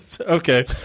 okay